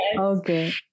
Okay